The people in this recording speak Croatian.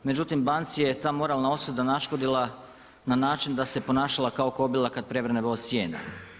Međutim, banci je ta moralna osuda naškodila na način da se ponašala kao kobila kad prevrne voz sijena.